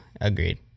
agreed